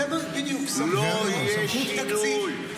זה בדיוק: סמכויות ותקציב.